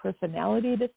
personality